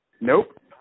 Nope